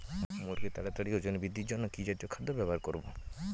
মুরগীর তাড়াতাড়ি ওজন বৃদ্ধির জন্য কি জাতীয় খাদ্য ব্যবহার করব?